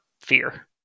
fear